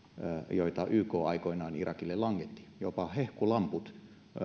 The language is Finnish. joita yk aikoinaan irakille langetti jopa hehkulamput